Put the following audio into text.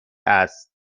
است